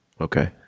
Okay